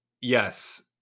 yes